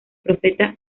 profeta